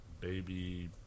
baby